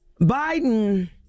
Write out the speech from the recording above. Biden